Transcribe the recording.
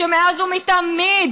שמאז ומתמיד